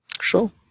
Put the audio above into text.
Sure